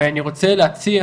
ואני רוצה להציע